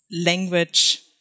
language